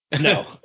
No